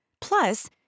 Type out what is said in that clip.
Plus